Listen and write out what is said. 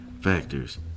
factors